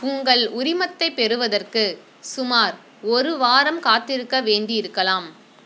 உங்கள் உரிமத்தைப் பெறுவதற்கு சுமார் ஒரு வாரம் காத்திருக்க வேண்டியிருக்கலாம்